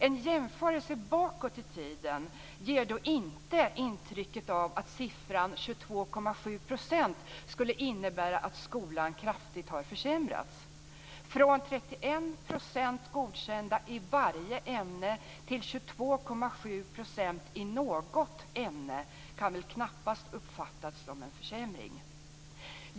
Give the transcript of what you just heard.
En jämförelse bakåt i tiden ger då inte intrycket av att siffran 22,7 % skulle innebära att skolan kraftigt har försämrats. Från 31 % godkända i varje ämne till 22,7 % i något ämne kan väl knappast uppfattas som en försämring.